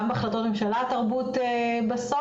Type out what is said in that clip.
גם בהחלטות ממשלה התרבות בסוף,